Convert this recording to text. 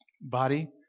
body